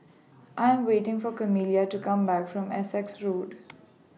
I Am waiting For Camila to Come Back from Essex Road